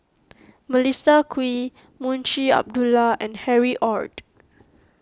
Melissa Kwee Munshi Abdullah and Harry Ord